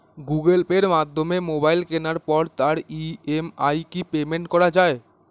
Google পের মাধ্যমে mobile কেনার পরে তার ই.এম.আই কি পেমেন্ট করা যায়?